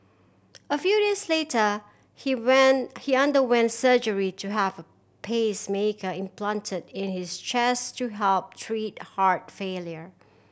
a few days later he when he underwent surgery to have a pacemaker implanted in his chest to help treat heart failure